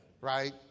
Right